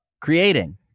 creating